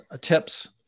tips